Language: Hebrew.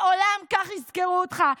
לעולם כך יזכרו אותך.